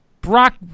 brock